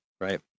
right